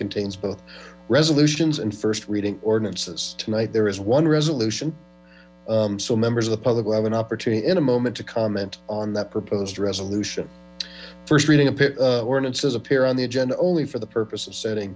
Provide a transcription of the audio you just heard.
contains both resolutions and first reading ordinances tonight there is one resolution so members of the public have an opportunity in a moment to comment on that proposed resolution first reading a pit ordinances appear on the agenda only for the purpose of setting